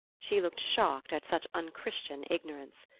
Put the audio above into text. she looked shocked at such unchristian ignorance.